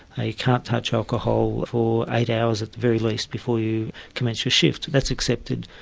ah you can't touch alcohol for eight hours at the very least before you commence your shift, that's accepted.